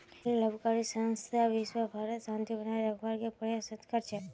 गैर लाभकारी संस्था विशव भरत शांति बनए रखवार के प्रयासरत कर छेक